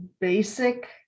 basic